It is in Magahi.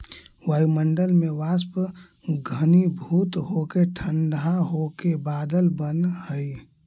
वायुमण्डल में वाष्प घनीभूत होके ठण्ढा होके बादल बनऽ हई